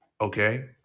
okay